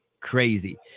crazy